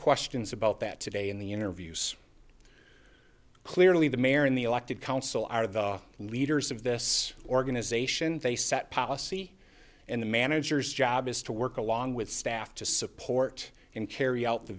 questions about that today in the interviews clearly the mayor and the elected council are the leaders of this organization they set policy and the manager's job is to work along with staff to support and carry out the